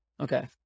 Okay